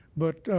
but